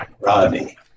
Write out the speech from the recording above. Rodney